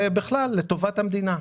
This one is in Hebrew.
ובכלל לטובת המדינה.